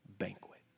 banquet